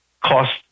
cost